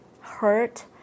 hurt